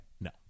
No